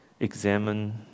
examine